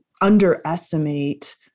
underestimate